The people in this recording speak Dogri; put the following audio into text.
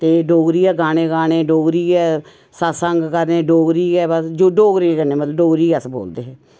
ते डोगरी गै गाने गाने ते डोगरी गै सतसंग करने डोगरी गै बस जो डोगरे करनें मतलब डोगरी गै अस बोलदे हे